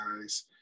guys